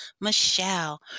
Michelle